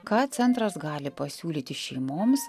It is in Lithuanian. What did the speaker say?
ką centras gali pasiūlyti šeimoms